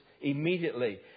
immediately